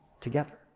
together